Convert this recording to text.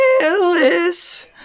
jealous